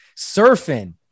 Surfing